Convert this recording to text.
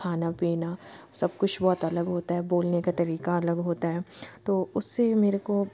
खाना पीना सब कुछ बहुत अलग होता है बोलने का तरीका अलग होता है तो उससे मेरे को